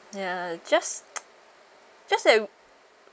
ya just just that